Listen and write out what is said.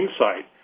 insight